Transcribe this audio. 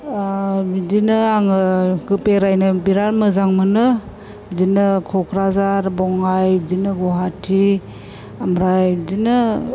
बिदिनो आङो बेरायनो बिराद मोजां मोनो बिदिनो क'क्राझार बङाइगाव बिदिनो गुवाहाटि ओमफ्राय बिदिनो